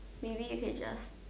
maybe you can just